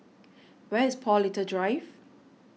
where is Paul Little Drive